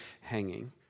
hanging